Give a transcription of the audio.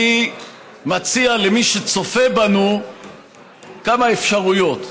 אני מציע למי שצופה בנו כמה אפשרויות.